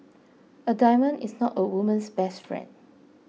a diamond is not a woman's best friend